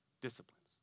disciplines